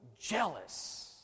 jealous